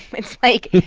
it's like,